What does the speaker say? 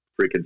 freaking